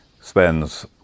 spends